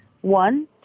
One